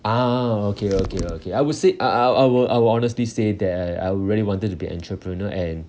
ah okay okay okay I would say uh uh I'll I'll honestly say that I will really wanted to be entrepreneur and